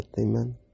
Amen